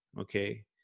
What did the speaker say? Okay